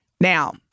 Now